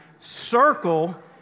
circle